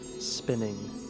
spinning